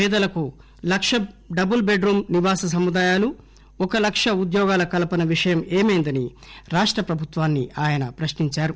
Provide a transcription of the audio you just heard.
పేదలకు లక్ష double bed room నివాస సముదాయాలు ఒక లక్ష ఉద్యోగాల కల్పన విషయం ఏమైందని రాష్ట ప్రభుత్వాన్ని ఆయన ప్రశ్నించారు